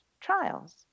trials